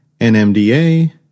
NMDA